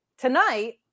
Tonight